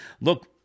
look